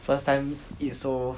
first time eat so